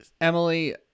Emily